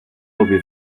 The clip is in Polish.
lubi